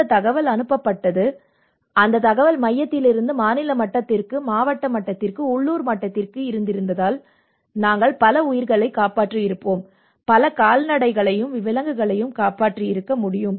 அந்த தகவல்கள் அனுப்பப்பட்டு அந்த தகவல்கள் மையத்திலிருந்து மாநில மட்டத்திற்கும் மாவட்ட மட்டத்திற்கும் உள்ளூர் மட்டத்திற்கும் இருந்திருந்தால் நாங்கள் பல உயிர்களைக் காப்பாற்றியிருப்போம் பல கால்நடைகளையும் விலங்குகளையும் காப்பாற்றியிருக்க முடியும்